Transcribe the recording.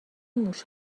موش